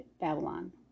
Babylon